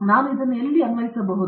ನಾನು ಇದನ್ನು ಎಲ್ಲಿ ಅನ್ವಯಿಸಬಹುದು